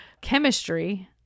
chemistry